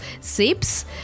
Sips